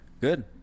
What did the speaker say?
Good